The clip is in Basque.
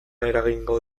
eragingo